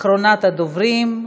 אחרונת הדוברים.